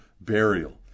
burial